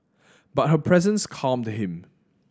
but her presence calmed him